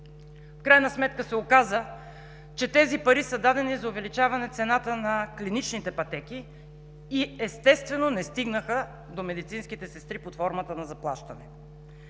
В крайна сметка се оказа, че тези пари са дадени за увеличаване цената на клиничните пътеки и, естествено, не стигнаха до медицинските сестри под формата на заплащане.